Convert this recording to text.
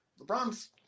LeBron's